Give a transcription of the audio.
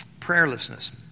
Prayerlessness